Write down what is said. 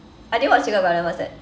I didn't watch secret garden what's that